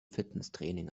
fitnesstraining